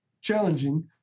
challenging